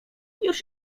już